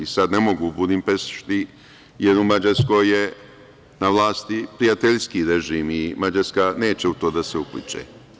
Sad ne mogu u Budimpešti jer u Mađarskoj je na vlasti prijateljski režim i Mađarska neće u to da se upliće.